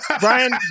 Brian